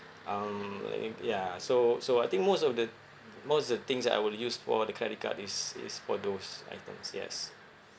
um I think ya so so I think most of the most of the things that I will use for the credit card is is for those items yes